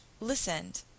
listened